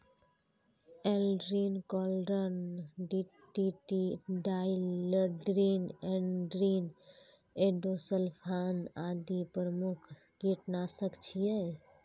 Aldrin, chlordane, DDT, dieldrin, endrin, endosulfan आदि प्रमुख कीटनाशक छियै